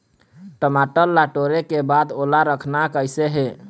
टमाटर ला टोरे के बाद ओला रखना कइसे हे?